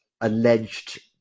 alleged